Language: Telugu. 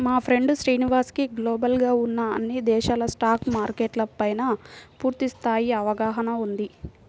మా ఫ్రెండు శ్రీనివాస్ కి గ్లోబల్ గా ఉన్న అన్ని దేశాల స్టాక్ మార్కెట్ల పైనా పూర్తి స్థాయి అవగాహన ఉంది